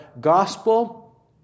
gospel